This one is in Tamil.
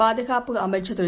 பாதுகாப்பு அமைச்சர் திரு